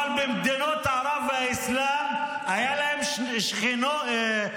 אבל במדינות ערב והאסלאם היו להם שכונות,